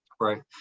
Right